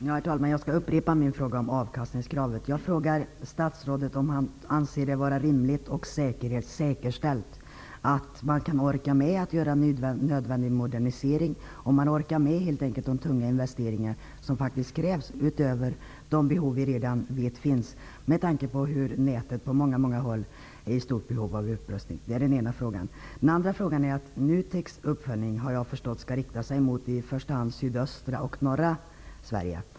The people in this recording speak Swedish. Herr talman! Jag skall återigen ta upp frågan om avkastningskravet. Jag frågar statsrådet om han anser det vara rimligt och säkerställt att man orkar med att göra nödvändig modernisering. Jag undrar helt enkelt om man orkar med de tunga investeringar som faktiskt krävs utöver dem som vi redan vet behövs, detta med tanke på att nätet på många håll är i stort behov av upprustning. Det är en fråga. Jag har förstått att NUTEK:s uppföljning i första hand skall rikta sig mot sydöstra och norra Sverige.